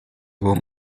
album